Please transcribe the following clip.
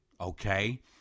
okay